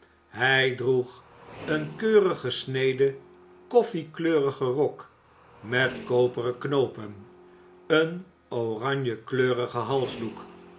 hij droeg een keurig gesneden koffiekleurigen rok met koperen knoopen een oranjekleurigen